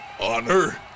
honor